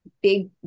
Big